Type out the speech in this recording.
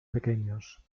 pequeños